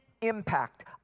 impact